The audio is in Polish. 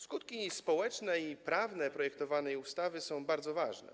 Skutki społeczne i prawne projektowanej ustawy są bardzo ważne.